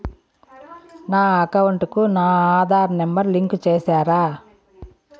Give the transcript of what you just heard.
నా అకౌంట్ కు నా ఆధార్ నెంబర్ లింకు చేసారా